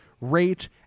rate